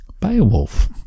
Beowulf